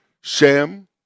Shem